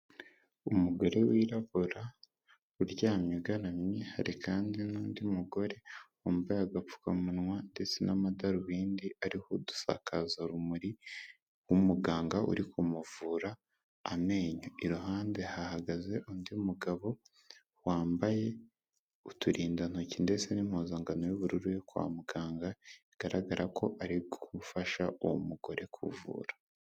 Umugore wirabura uryamye ugaramye hari kandi n'undi mugore wambaye agapfukamunwa ndetse n'amadarubindi ariku dusakazarumuri umuganga uri kumuvura amenyo iruhande hahagaze undi mugabo wambaye uturindantoki ndetse n'impozankano y'ubururu yo kwa muganga bigaragara ko arigufasha uwo mugore kuvura.